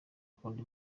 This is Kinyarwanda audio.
kunda